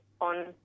on